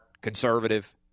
conservative